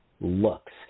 looks